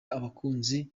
abakunzi